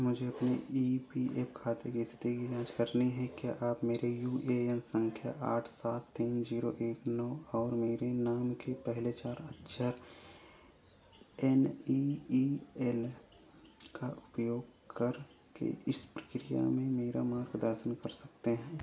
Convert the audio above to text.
मुझे अपने E P F खाते की स्थिति की जांच करनी है क्या आप मेरे यू ए एन संख्या आठ सात तीन ज़ीरो एक नौ और मेरे नाम के पहले चार अक्षर एन ई ई एल का उपयोग करके इस प्रक्रिया में मेरा मार्गदर्शन कर सकते हैं